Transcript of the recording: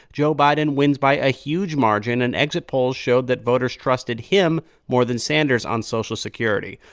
joe biden wins by a huge margin. and exit polls showed that voters trusted him more than sanders on social security.